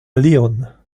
león